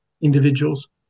individuals